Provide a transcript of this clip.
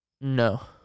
No